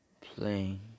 playing